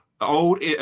old